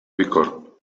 bicorb